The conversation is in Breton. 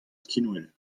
skinwel